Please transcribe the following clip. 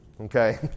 Okay